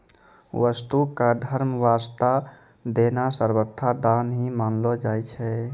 वस्तु क धर्म वास्तअ देना सर्वथा दान ही मानलो जाय छै